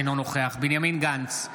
אינו נוכח בנימין גנץ,